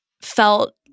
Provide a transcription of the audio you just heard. felt